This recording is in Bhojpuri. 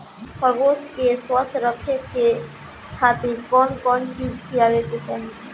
खरगोश के स्वस्थ रखे खातिर कउन कउन चिज खिआवे के चाही?